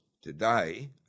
today